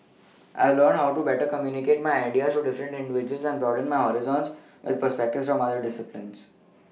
I've learnt how to better communicate my ideas to different individuals and broaden my horizons with perspectives from other disciplines